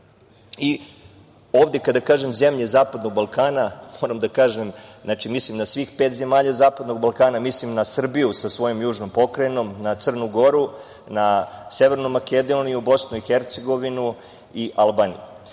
kada kažem zemlje Zapadnog Balkana moram da kažem da mislim na svih pet zemalja Zapadnog Balkana, mislim na Srbiju sa svojom južnom pokrajinom, na Crnu Goru, na Severnu Makedoniju, BiH i Albaniju.